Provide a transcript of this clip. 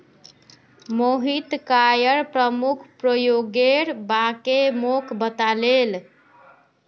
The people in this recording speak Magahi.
मोहित कॉयर प्रमुख प्रयोगेर बारे मोक बताले